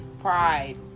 Pride